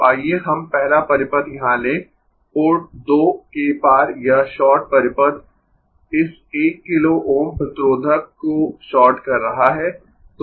तो आइए हम पहला परिपथ यहां लें पोर्ट 2 के पार यह शॉर्ट परिपथ इस 1 किलो Ω प्रतिरोधक को शॉर्ट कर रहा है